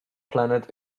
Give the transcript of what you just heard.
planet